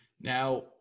Now